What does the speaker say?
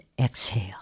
exhale